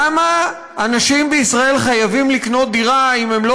למה אנשים בישראל חייבים לקנות דירה אם הם לא